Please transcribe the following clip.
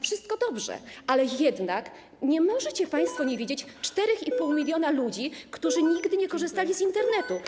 Wszystko dobrze, ale jednak nie możecie państwo nie widzieć 4,5 mln ludzi, którzy nigdy nie korzystali z Internetu.